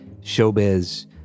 showbiz